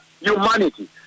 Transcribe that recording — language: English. humanity